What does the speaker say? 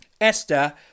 Esther